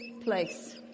place